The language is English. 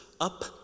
up